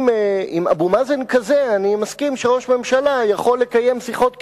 עם אבו מאזן כזה אני מסכים שראש ממשלה יכול לקיים שיחות קרבה.